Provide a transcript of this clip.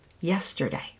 yesterday